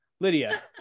Lydia